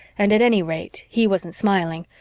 and at any rate he wasn't smiling,